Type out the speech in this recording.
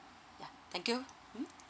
ya thank you mm